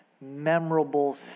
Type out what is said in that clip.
memorable